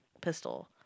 pistol